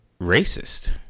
racist